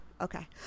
okay